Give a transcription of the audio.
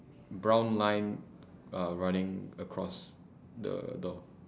brown line uh running across the door